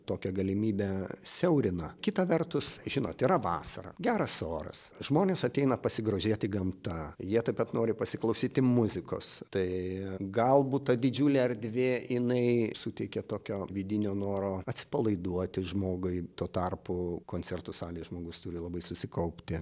tokią galimybę siaurina kita vertus žinot yra vasara geras oras žmonės ateina pasigrožėti gamta jie taip pat nori pasiklausyti muzikos tai galbūt ta didžiulė erdvė jinai suteikia tokio vidinio noro atsipalaiduoti žmogui tuo tarpu koncertų salėj žmogus turi labai susikaupti